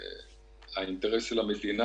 האינטרס של המדינה,